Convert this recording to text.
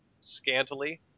scantily